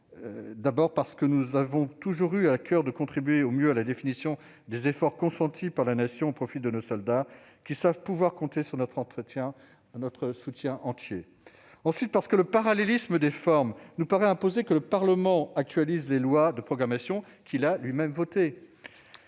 D'abord, parce que nous avons toujours eu à coeur de contribuer au mieux à la définition des efforts consentis par la Nation au profit de nos soldats, qui savent pouvoir compter sur notre entier soutien. Ensuite, parce que le parallélisme des formes imposerait que le Parlement actualise les lois de programmation qu'il a lui-même votées.